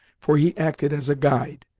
for he acted as a guide,